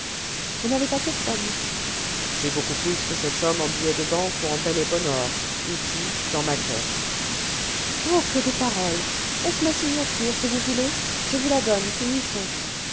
vous n'avez pas cette somme j'ai beaucoup plus que cette somme en billets de banque ou en bel et bon or ici dans ma caisse oh que de paroles est-ce ma signature que vous voulez je vous la donne finissons